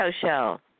show